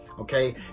okay